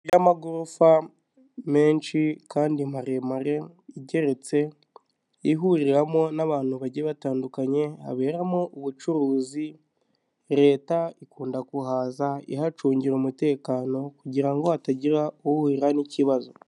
Inzu y'amagorofa menshi kandi maremare igeretse ihuriramo n'abantu bagiye batandukanye haberamo ubucuruzi leta ikunda guhaza ihacungira umutekano kugira ngo hatagira uhura n'ikibazo.